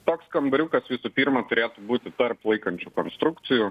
toks kambariukas visų pirma turėtų būti tarp laikančių konstrukcijų